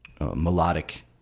melodic